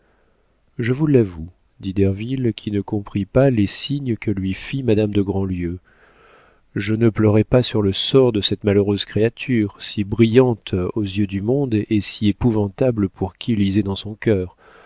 je vous l'avoue dit derville qui ne comprit pas les signes que lui fit madame de grandlieu je ne pleurai pas sur le sort de cette malheureuse créature si brillante aux yeux du monde et si épouvantable pour qui lisait dans son cœur